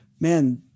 Man